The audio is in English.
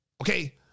okay